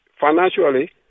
financially